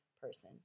person